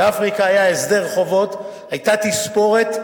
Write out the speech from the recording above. ב"אפריקה ישראל" היה הסדר חובות, היתה תספורת,